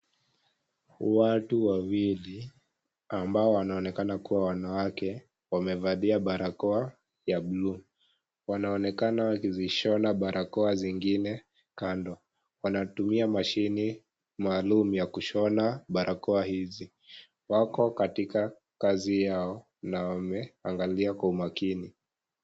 Watu waiwili ambao wanaonekana kuwa wanawake wamevalia barakoa ya buluu. Wanaonekana wakizishona barakoa zingine kando. Wanatumia mashini maalum ya kushona barakoa hizi. Wako katika kazi yao na wameangalia kwa umakini.